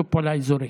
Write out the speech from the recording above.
לשיתוף פעולה אזורי.